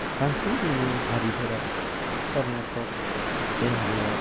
बांसिन जोंनि हारिफोरा कर्नाटक बेंगलर